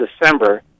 December